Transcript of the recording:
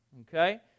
Okay